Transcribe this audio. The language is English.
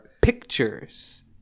pictures